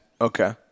Okay